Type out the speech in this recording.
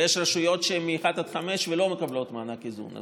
ויש רשויות שהן מ-1 עד 5 ולא מקבלות מענק איזון.